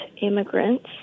immigrants